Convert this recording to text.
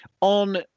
On